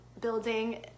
building